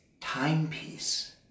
timepiece